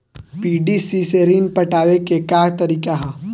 PDC से ऋण पटावे के का तरीका ह?